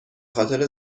خاطر